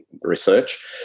research